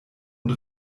und